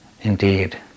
Indeed